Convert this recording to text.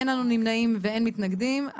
אין נמנעים ואין מתנגדים.